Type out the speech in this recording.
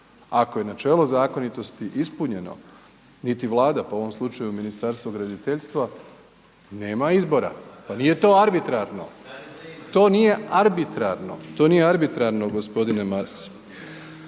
Ako je načelo zakonitosti ispunjeno, niti Vlada pa u ovom slučaju Ministarstvo graditeljstva, nema izbora, pa nije to arbitrarno, to nije arbitrarno, g. Maras. Što se tiče ovog